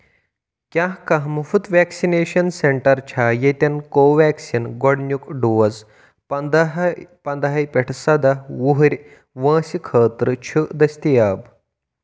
کیٛاہ کانٛہہ مُفٕط ویکسِنیشن سینٹر چھا ییٚتٮ۪ن کو ویٚکسیٖن گۄڈنیُک ڈوز پندہٕے پَندہے پٮ۪ٹھ سَداہ وُہِرۍ وٲنٛسہِ خٲطرٕ چھُ دٔستِیاب